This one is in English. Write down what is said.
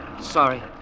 Sorry